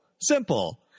Simple